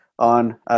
On